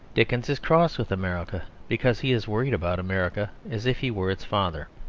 dickens is cross with america because he is worried about america as if he were its father.